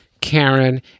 Karen